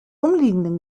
umliegenden